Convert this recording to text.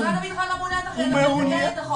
משרד הבטחון לא אמור --- את החוק.